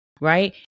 right